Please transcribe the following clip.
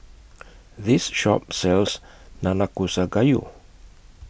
This Shop sells Nanakusa Gayu